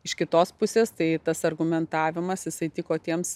iš kitos pusės tai tas argumentavimas jisai tiko tiems